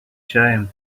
chime